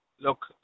look